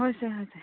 হৈছে হৈছে